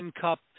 cup